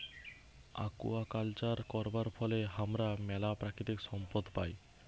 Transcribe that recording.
aquaculture করবার ফলে হামরা ম্যালা প্রাকৃতিক সম্পদ পাই